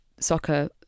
soccer